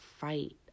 fight